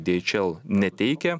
dieičel neteikia